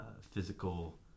physical